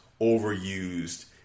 overused